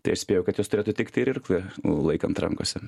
tai aš spėju kad jos turėtų tikti ir irklui laikant rankose